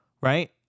right